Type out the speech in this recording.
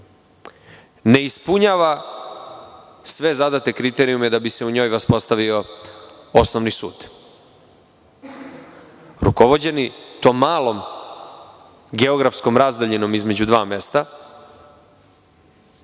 ne ispunjava sve zadate kriterijume da bi se u njoj uspostavio osnovni sud. Rukovođeni tom malom geodetskom razdaljinom između dva mesta,